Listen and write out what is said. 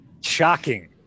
Shocking